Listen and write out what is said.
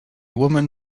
woman